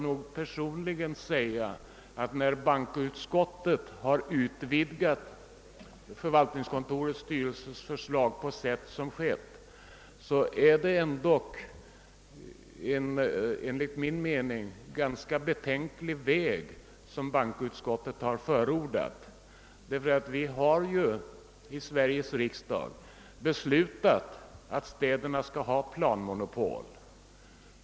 När bankoutskottet har utvidgat förvaltningskontorets styrelses förslag på sätt som skett, måste jag nog säga att den väg som bankoutskottet förordar vållar betänkligheter, ty vi i Sveriges riksdag har beslutat att städerna skall ha planmonopol.